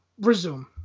resume